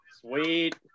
Sweet